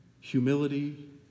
Humility